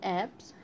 apps